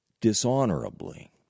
dishonorably